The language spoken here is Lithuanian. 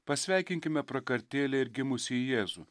pasveikinkime prakartėlę ir gimusį jėzų